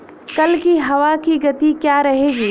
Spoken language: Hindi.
कल की हवा की गति क्या रहेगी?